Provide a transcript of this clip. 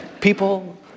people